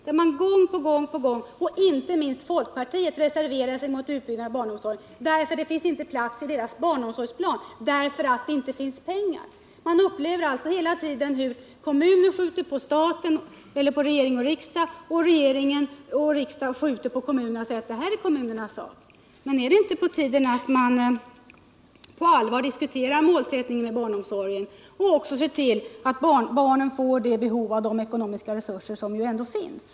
Där har vi gång på gång fått se hur man — inte minst från folkpartiets sida — reserverat sig mot utbyggnad av barnomsorgen, därför att det inte finns plats för en utbyggnad i barnomsorgsplanen och därför att det inte finns pengar. Man upplever alltså hela tiden hur kommuner skjuter på staten, regering och riksdag, och hur dessa skjuter på kommunerna och säger att detta är kommunernas sak. Men är det då inte på tiden att man på allvar diskuterar målsättningen med barnomsorgen och också ser till att denna får de ekonomiska resurser som ju ändå finns?